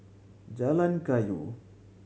Jalan Kayu